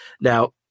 now